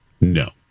No